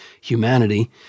humanity